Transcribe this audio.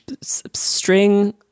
String